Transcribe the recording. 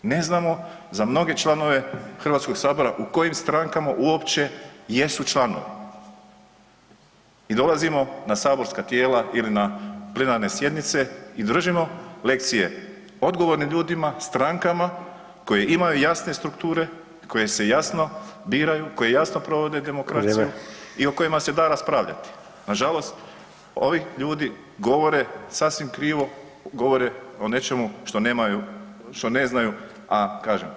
Ne znamo za mnoge članove Hrvatskoga sabora u kojim strankama uopće jesu članovi i dolazimo na saborska tijela i na plenarne sjednice i držimo lekcije odgovornim ljudima, strankama koje imaju jasne strukture, koje se jasno biraju, koje jasno provode demokraciju i o kojima se da raspravljati [[Upadica Sanader: Vrijeme.]] Na žalost ovi ljudi govore sasvim krivo, govore o nečemu što nemaju, što ne znaju a kažem